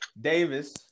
Davis